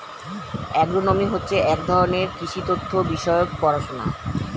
agronomy হচ্ছে এক ধরনের কৃষি তথ্য বিষয়ক পড়াশোনা